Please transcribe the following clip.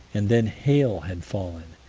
and then hail had fallen.